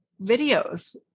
videos